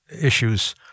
issues